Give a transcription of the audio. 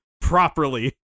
properly